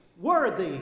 worthy